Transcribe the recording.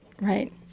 Right